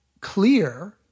clear